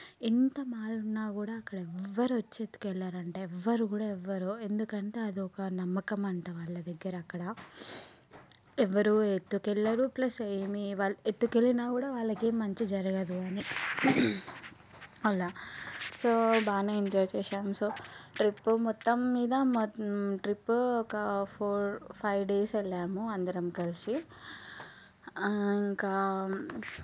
ఎంత మాదిరిగా ఉన్నా కూడా అక్కడ ఎవ్వరు వచ్చి ఎత్తుకెళ్ళరు అంట ఎవ్వరు కూడా ఎవ్వరు ఎందుకంటే అది ఒక నమ్మకం అంట వాళ్ళ దగ్గర అక్కడ ఎవరు ఎత్తుకెళ్ళరు ప్లస్ ఏమి వాళ్ళు ఎత్తుకెళ్ళినా కూడా వాళ్ళకి ఏం మంచి జరగదు అని అలా సో బాగానే ఎంజాయ్ చేశాము సో ట్రిప్పు మొత్తం మీద ట్రిప్పు ఒక ఫోర్ ఫైవ్ డేస్ వెళ్ళాము అందరం కలిసి ఇంకా